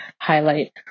Highlight